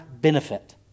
benefit